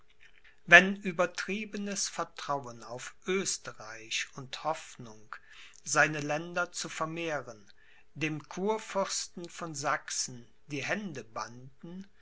wenn übertriebenes vertrauen auf oesterreich und hoffnung seine länder zu vermehren dem kurfürsten von sachsen die hände banden